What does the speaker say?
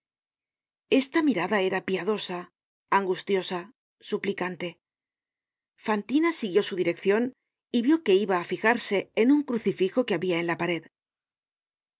esta mirada era piadosa angustiosa suplicante fantina siguió su direccion y vió que iba á fijarse en un crucifijo que ihabia en la pared